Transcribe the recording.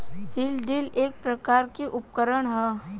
seed drill एक प्रकार के उकरण ह